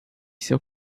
seu